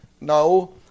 No